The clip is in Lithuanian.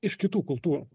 iš kitų kultūrų